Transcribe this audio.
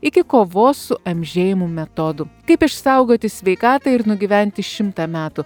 iki kovos su amžėjimu metodų kaip išsaugoti sveikatą ir nugyventi šimtą metų